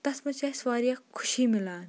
تَتھ منٛز چھِ اَسہِ واریاہ خوشی مِلان